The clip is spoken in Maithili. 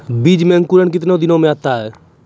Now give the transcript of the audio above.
बीज मे अंकुरण कितने दिनों मे आता हैं?